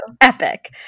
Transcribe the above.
epic